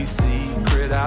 secret